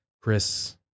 Chris